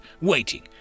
waiting